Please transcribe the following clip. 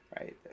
right